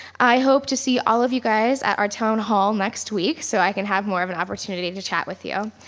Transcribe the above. i hope to see all of you guys at our town hall next week so i can have more of an opportunity to chat with you,